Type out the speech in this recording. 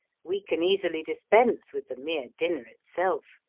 we can easily dispense with the mere dinner itself.